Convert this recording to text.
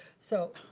so.